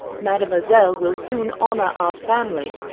mademoiselle will soon honour our family,